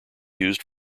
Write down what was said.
used